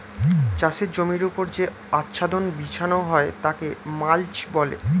চাষের জমির ওপর যে আচ্ছাদন বিছানো হয় তাকে মাল্চ বলে